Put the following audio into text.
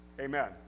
Amen